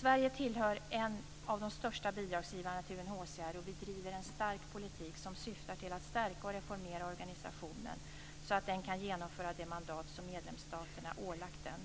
Sverige är en av de största bidragsgivarna till UNHCR, och vi driver en stark politik som syftar till att stärka och reformera organisationen så att den kan genomföra det mandat som medlemsstaterna ålagt den.